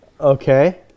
Okay